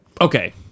Okay